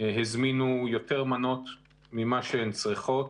הזמינו יותר מנות ממה שהן צריכות,